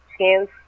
chance